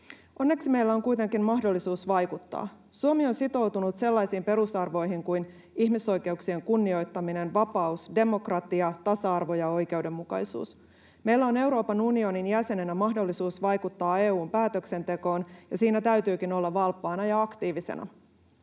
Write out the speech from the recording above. Onneksi meillä on kuitenkin mahdollisuus vaikuttaa. Suomi on sitoutunut sellaisiin perusarvoihin kuin ihmisoikeuksien kunnioittaminen, vapaus, demokratia, tasa-arvo ja oikeudenmukaisuus. Meillä on Euroopan unionin jäsenenä mahdollisuus vaikuttaa EU:n päätöksentekoon, ja siinä täytyykin olla valppaana ja aktiivisena.